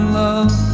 love